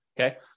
Okay